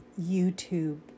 YouTube